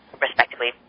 respectively